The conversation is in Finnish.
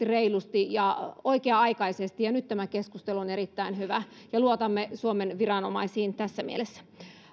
reilusti ja oikea aikaisesti nyt tämä keskustelu on erittäin hyvää ja luotamme suomen viranomaisiin tässä mielessä